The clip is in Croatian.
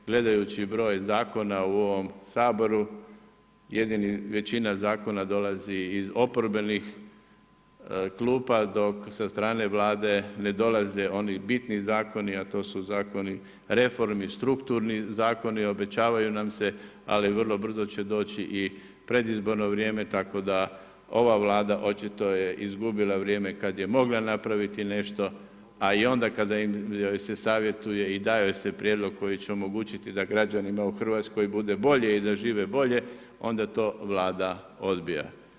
Gledajući broj zakona u ovom Saboru većina zakona dolazi iz oporbenih klupa dok sa strane Vlade ne dolaze oni bitni zakoni, a to su zakoni reformi, strukturni zakoni, obećavaju nam se ali vrlo brzo će doći i predizborno vrijeme tako da i ova Vlada očito je izgubila vrijeme kada je mogla napraviti nešto, a i onda kada joj se savjetuje i daje joj se prijedlog koji će omogućiti da građanima u Hrvatskoj bude bolje i da žive bolje onda to Vlada odbija.